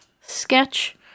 sketch